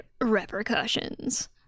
repercussions